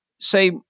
Say